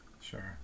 sure